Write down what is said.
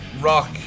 Rock